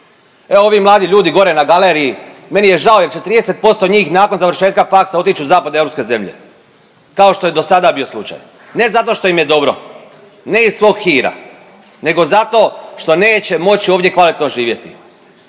Evo ovi mladi ljudi gore na galeriji meni je žao jel će 30% njih nakon završetka faksa otić u zapadnoeuropske zemlje kao što je do sada bio slučaj, ne zato što im je dobro, ne iz svog hira nego zato što neće moći ovdje kvalitetno živjeti.